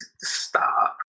stop